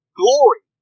glory